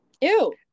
Ew